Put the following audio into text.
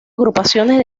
agrupaciones